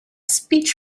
speech